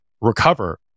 recover